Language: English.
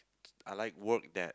I like work that